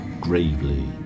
gravely